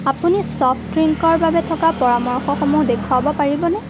আপুনি ছফট ড্ৰিংকৰ বাবে থকা পৰামৰ্শসমূহ দেখুৱাব পাৰিবনে